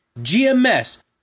GMS